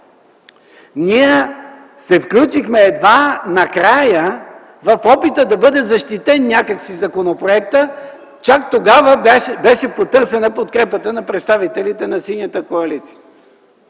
Ние се включихме едва накрая в опита да бъде защитен някак си законопроектът. Чак тогава беше потърсена подкрепата на представителите на Синята коалиция.